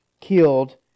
killed